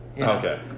Okay